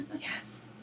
Yes